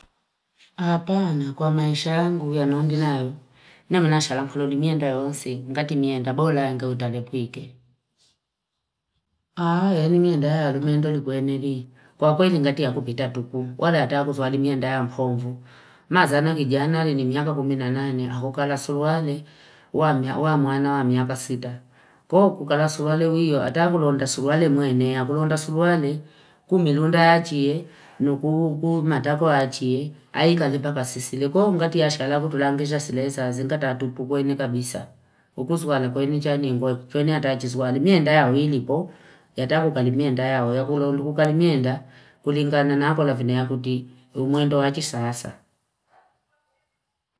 Hapanaa kwa maisha yangu yandoni nayo namisha nanda yonsi katimienda bora ngetane kwiike a yani mienda miendali kwenielei kwakweli zingatia akupi tatupu wala hat akuzali minda ya mhovu mazana kijana alini miaka kumi na nane ahoka na asuruali wa miya wa mwana wa mika sita po kala suruali weiya hata kulonda suruali mweneya, kulonda suruale kumilonda yachie nikuluku matako achie akipapapa sisile kwo ngali ashala kutulambisha sile saazi ngata tupu kwenye kabisa ukuswala kweninja ndikwa kwoni hata chiswali mie andaa wini po yatako kanipie ndaya undu kalimiyenda kulingana nakolya vine akuti umwendo wachisayasa.